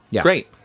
great